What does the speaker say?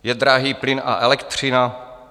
Je drahý plyn a elektřina?